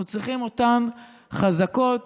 אנחנו צריכים אותן חזקות